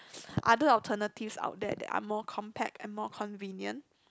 other alternatives out there that are more compact and more convenient